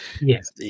Yes